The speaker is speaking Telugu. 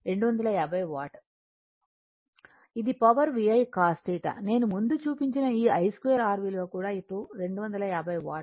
ఇది పవర్ VI cos θ నేను ముందు చూపించిన ఈ I 2 R విలువ కూడా 250 వాట్